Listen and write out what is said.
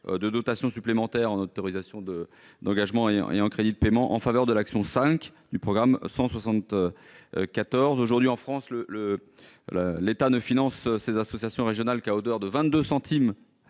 de dotation supplémentaire en autorisation de d'engagement aérien en crédits de paiement en faveur de l'action 5 du programme 100 60 14 aujourd'hui en France, le, le, l'État ne finance ces associations régionales qu'à hauteur de 22 centimes